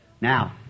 Now